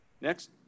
Next